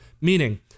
Meaning